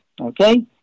okay